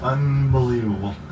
Unbelievable